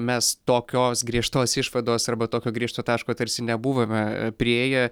mes tokios griežtos išvados arba tokio griežto taško tarsi nebuvome priėję